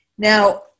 Now